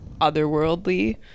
otherworldly